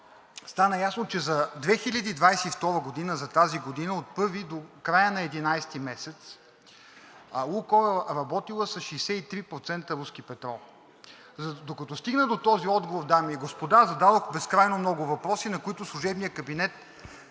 стана ясно, че за 2022 г., за тази година, от първи до края на единадесети месец „Лукойл“ е работила с 63% руски петрол. Докато стигна до този отговор, дами и господа, зададох безкрайно много въпроси, на които служебният кабинет